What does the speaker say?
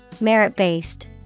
Merit-based